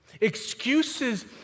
Excuses